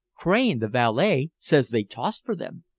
crane, the valet, says they tossed for them.